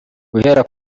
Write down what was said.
guhera